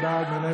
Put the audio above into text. מי בעד?